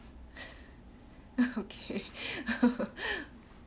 okay